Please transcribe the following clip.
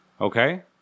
Okay